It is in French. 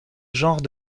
genre